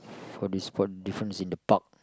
for this for difference in the park